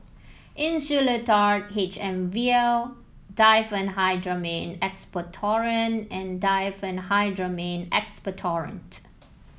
Insulatard H M vial Diphenhydramine Expectorant and Diphenhydramine Expectorant